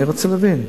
אני רוצה להבין.